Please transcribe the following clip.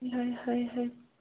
ہَے ہَے ہَے